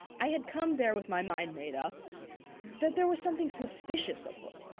i had come there with my mind made up that there was something suspicious afoot.